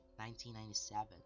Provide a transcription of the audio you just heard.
1997